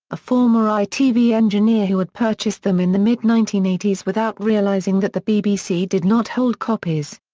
a former itv engineer who had purchased them in the mid nineteen eighty s without realising that the bbc did not hold copies.